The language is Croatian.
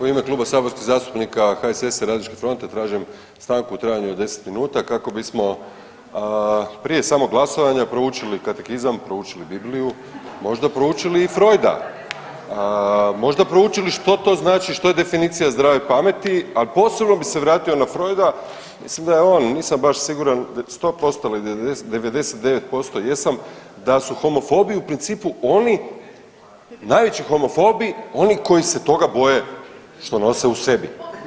U ime Kluba saborskih zastupnika HSS-a i Radničke fronte tražim stanku u trajanju od 10 minuta kako bismo prije samog glasovanja proučili Katekizam, proučili Bibliju, možda proučili i Freuda, možda proučili što to znači što je definicija zdrave pameti, a posebno bi se vratio na Freuda mislim da je on, nisam baš siguran 100% ali 99% jesam da su homofobi u principu oni, najveći homofobi oni koji se toga boje što nose u sebi.